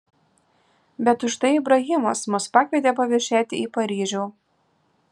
bet užtai ibrahimas mus pakvietė paviešėti į paryžių